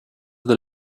that